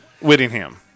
Whittingham